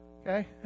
Okay